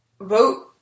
vote